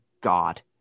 God